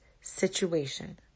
situation